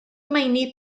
meini